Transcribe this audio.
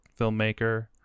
filmmaker